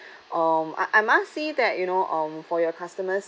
um I I must say that you know um for your customers